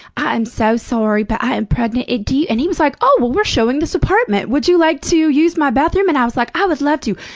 i am so sorry, but i am pregnant. do you. and he was like, oh, well, we're showing this apartment! would you like to use my bathroom? and i was like, i would love to!